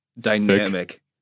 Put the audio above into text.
dynamic